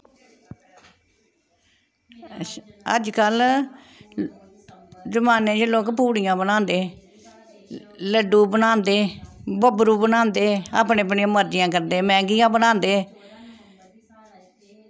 अज्जकल जमान्ने च लोग पूड़ियां बनांदे लड्डू बनांदे बब्बरू बनांदे अपनी अपनी मर्जियां करदे मैगियां बनांदे